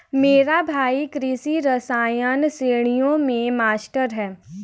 मेरा भाई कृषि रसायन श्रेणियों में मास्टर है